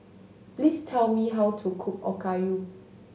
please tell me how to cook Okayu